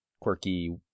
quirky